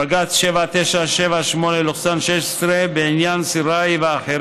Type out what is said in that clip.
בג"ץ 7978/16 בעניין סיראי ואח'